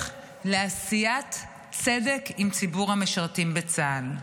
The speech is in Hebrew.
לעשיית צדק עם ציבור המשרתים בצה"ל.